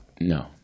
No